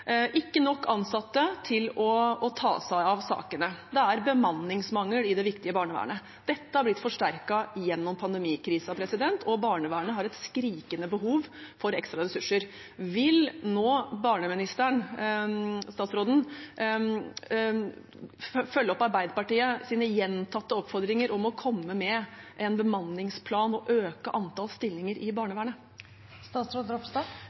ikke nok ansatte til å ta seg av sakene. Det er bemanningsmangel i det viktige barnevernet. Dette har blitt forsterket gjennom pandemikrisen, og barnevernet har et skrikende behov for ekstra ressurser. Vil barneministeren, statsråden, følge opp Arbeiderpartiets gjentatte oppfordringer om å komme med en bemanningsplan og øke antall stillinger i